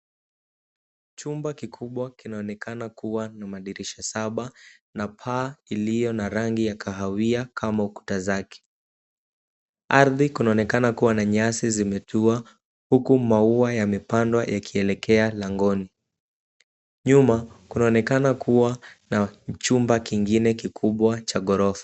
Chumba kikubwa kinaonekana kuwa na madirisha saba na paa iliyo na rangi ya kahawia kama ukuta zake. Ardhi kunaonekana kuwa na nyasi zimetuwa huku maua yamepandwa yakielekea langoni. Nyuma kunaonekana kuwa na chumba kingine kikubwa cha ghorofa.